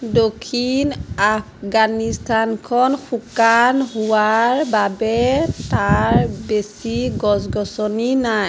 দক্ষিণ আফগানিস্থানখন শুকান হোৱাৰ বাবে তাত বেছি গছ গছনি নাই